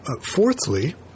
Fourthly